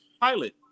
Pilot